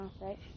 right